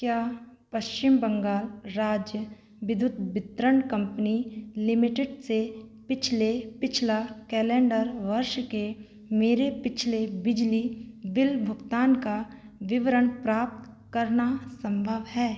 क्या पश्चिम बंगाल राज्य विद्युत वित्रण कंपनी लिमिटेड से पिछले पिछला कैलेंडर वर्ष के मेरे पिछले बिजली बिल भुगतान का विवरण प्राप्त करना संभव है